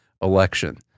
election